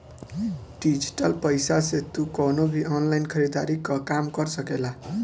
digital पईसा से तू कवनो भी ऑनलाइन खरीदारी कअ काम कर सकेला